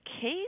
case